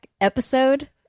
episode